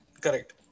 Correct